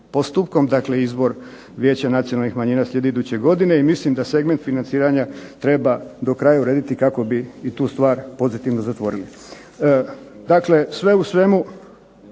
postupkom, dakle izbor Vijeća nacionalnih manjina slijedi iduće godine i mislim da segment financiranja treba do kraja urediti kako bi i u tu stvar pozitivno zatvorili. Dakle sve u svemu